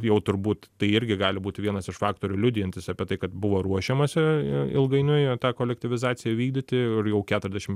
jau turbūt tai irgi gali būti vienas iš faktorių liudijantis apie tai kad buvo ruošiamasi ilgainiui tą kolektyvizaciją vykdyti ir jau keturiasdešim